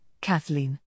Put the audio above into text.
Kathleen